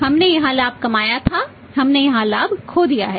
हमने यहां लाभ खो दिया है